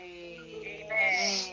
Amen